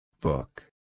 Book